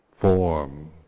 form